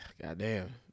goddamn